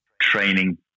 Training